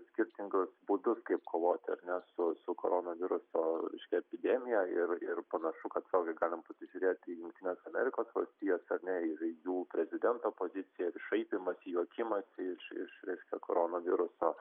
skirtingus būdus kaip kovoti su su koronaviruso epidemija ir ir panašu kad vėl gi galim pasižiūrėti į jungtines amerikos valstijas ar ne ir jų prezidento poziciją šaipymąsi juokimąsi iš iš reiškia korona viruso